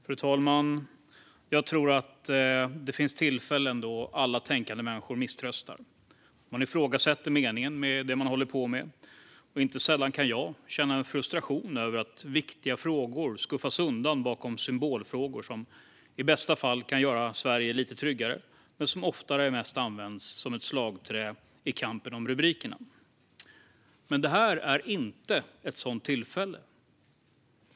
Fru talman! Jag tror att det finns tillfällen då alla tänkande människor misströstar, då man ifrågasätter meningen med det man håller på med. Inte sällan kan jag känna frustration över att viktiga frågor skuffas undan bakom symbolfrågor som i bästa fall kan göra Sverige lite tryggare men som oftare används mest som slagträ i kampen om rubrikerna. Det här är dock inte ett sådant tillfälle.